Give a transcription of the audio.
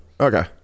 okay